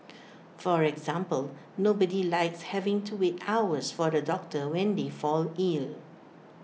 for example nobody likes having to wait hours for the doctor when they fall ill